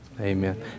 Amen